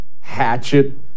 hatchet